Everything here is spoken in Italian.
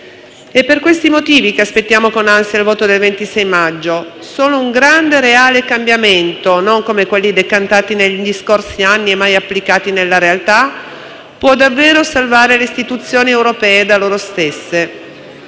È per questi motivi che aspettiamo con ansia il voto del 26 maggio: solo un grande e reale cambiamento, non come quelli decantati negli scorsi anni e mai applicati nella realtà, può davvero salvare le istituzioni europee da loro stesse.